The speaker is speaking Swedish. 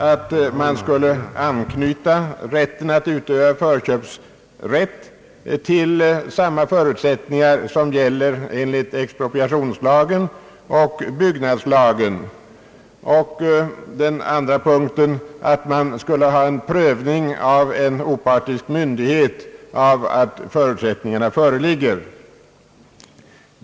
Den ena var att rätten att utöva förköp skulle anknytas till samma förutsättningar som gäller enlig expropriationslagen och byggnadslagen. Den andra punkten var att.en opartisk myndighet skulle pröva att förutsättningarna föreligger.